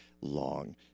long